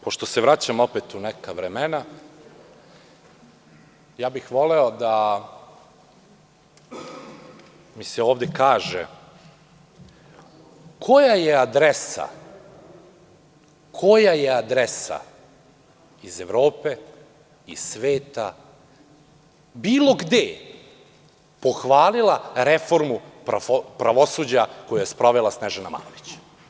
Pošto se vraćamo opet u neka vremena, voleo bih da mi se ovde kaže koja je adresa iz Evrope, iz sveta bilo gde pohvalila reformu pravosuđa koju je sprovela Snežana Malović.